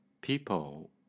people